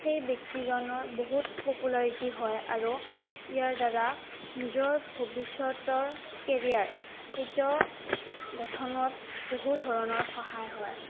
সেই ব্যক্তিজনৰ বহুত পপুলাৰিটি হয় আৰু ইয়াৰ দ্বাৰা নিজৰ ভৱিষ্যতৰ কেৰিয়াৰ সেইটো গঠনত বহু ধৰণৰ সহায় হয়